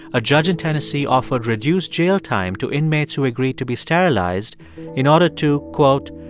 a judge in tennessee offered reduced jail time to inmates who agreed to be sterilized in order to, quote,